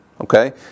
Okay